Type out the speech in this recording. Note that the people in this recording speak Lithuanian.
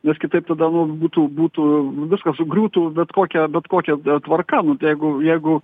nes kitaip tada nu būtų būtų viskas sugriūtų bet kokia bet kokia tvarka nu tai jeigu jeigu